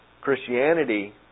Christianity